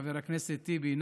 חבר הכנסת טיבי.